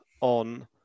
on